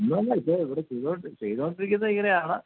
ചെയ്തുകൊണ്ടിരിക്കുന്നത് ഇങ്ങനെയാണ്